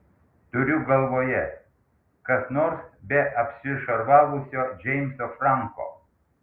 turiu galvoje kas nors be apsišarvavusio džeimso franko